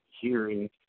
hearing